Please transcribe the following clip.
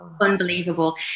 unbelievable